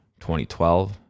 2012